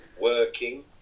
Working